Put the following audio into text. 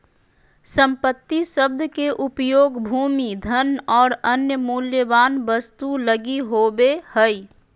संपत्ति शब्द के उपयोग भूमि, धन और अन्य मूल्यवान वस्तु लगी होवे हइ